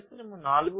పరిశ్రమ 4